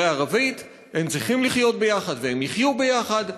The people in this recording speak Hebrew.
הם צריכים לחיות יחד, והם יחיו יחד.